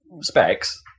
specs